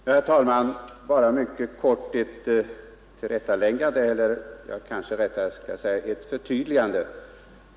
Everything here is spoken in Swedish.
Herr talman! Bara mycket kort ett tillrättaläggande eller kanske rättare ett förtydligande.